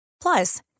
Plus